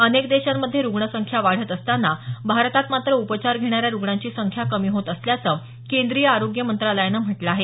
अनेक देशांमध्ये रुग्णसंख्या वाढत असताना भारतात मात्र उपचार घेणाऱ्या रुग्णांची संख्या कमी होत असल्याचं केंद्रीय आरोग्य मंत्रालयानं म्हटलं आहे